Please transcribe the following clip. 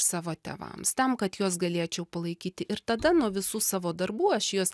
savo tėvams tam kad juos galėčiau palaikyti ir tada nuo visų savo darbų aš juos